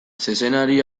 zezenari